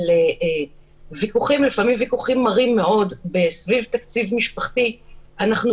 במקרים שבהם הבעל חולש על כל המשאבים הכספיים ולה בעצם אין כלום אם